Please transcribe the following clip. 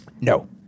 No